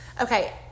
Okay